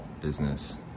business